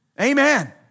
Amen